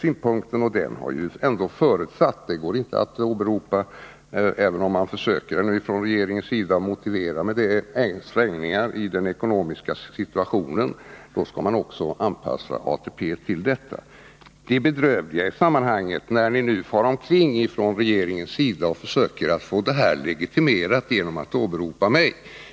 Även om man försöker göra det från regeringens sida går det inte att åberopa svängningar i den ekonomiska situationen och anpassa ATP till dessa. Det bedrövliga i sammanhanget är att ni nu far omkring från regeringens sida och försöker få detta legitimerat genom att åberopa mig.